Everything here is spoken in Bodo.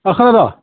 दा खोनादो